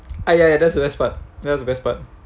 ah ya ya that's the best part that's the best part